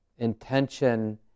Intention